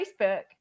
Facebook